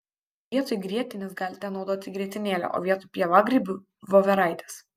vietoj grietinės galite naudoti grietinėlę o vietoj pievagrybių voveraites